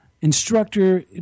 instructor